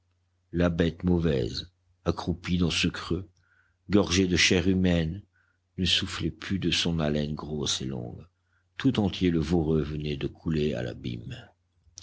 la bête mauvaise accroupie dans ce creux gorgée de chair humaine ne soufflait plus de son haleine grosse et longue tout entier le voreux venait de couler à l'abîme